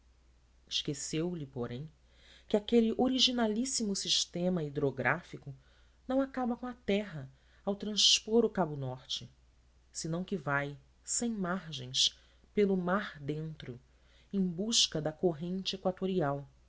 latina esqueceu lhe porém que aquele originalíssimo sistema hidrográfico não acaba com a terra ao transpor o cabo norte senão que vai sem margens pelo mar dentro em busca da corrente equatorial